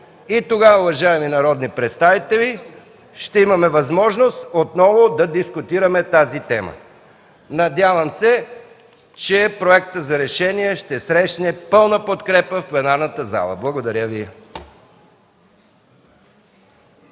И тогава, уважаеми народни представители, ще имаме възможност отново да дискутираме тази тема. Надявам се, че Проектът за решение ще срещне пълна подкрепа в пленарната зала. Благодаря Ви.